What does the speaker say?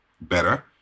better